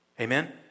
Amen